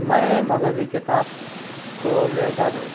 میں مذہبی کتاب کو لے کر